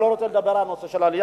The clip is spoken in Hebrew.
ואני לא רוצה לדבר על נושא העלייה,